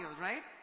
right